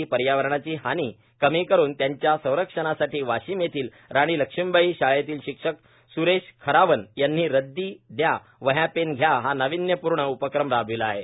ही पर्यावरणाची हानी कमी करून त्याच्या संरक्षणासाठी वाशिम येथील राणी लक्ष्मीबाई शाळेतील शिक्षक सुरेश खरावन यांनी रददी द्या वहया पेन घ्या हा नाविन्यपूर्ण उपक्रम राबविला आहे